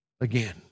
again